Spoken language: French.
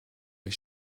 est